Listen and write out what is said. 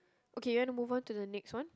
okay you want to move on to the next one